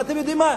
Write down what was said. ואתם יודעים מה?